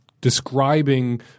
describing